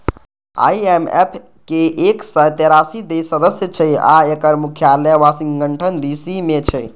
IMF के एक सय तेरासी देश सदस्य छै आ एकर मुख्यालय वाशिंगटन डी.सी मे छै